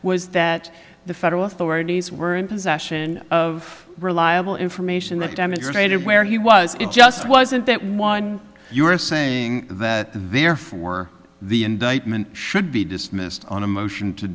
was that the federal authorities were in possession of reliable information that demonstrated where he was it just wasn't that one you are saying that therefore the indictment should be dismissed on a motion to